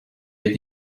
des